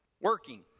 Working